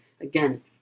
again